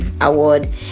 award